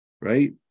Right